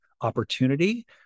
opportunity